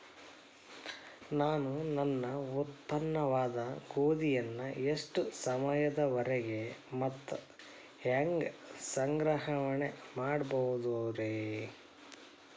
ನಾನು ನನ್ನ ಉತ್ಪನ್ನವಾದ ಗೋಧಿಯನ್ನ ಎಷ್ಟು ಸಮಯದವರೆಗೆ ಮತ್ತ ಹ್ಯಾಂಗ ಸಂಗ್ರಹಣೆ ಮಾಡಬಹುದುರೇ?